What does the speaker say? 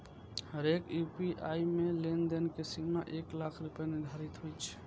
हरेक यू.पी.आई मे लेनदेन के सीमा एक लाख रुपैया निर्धारित होइ छै